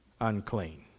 unclean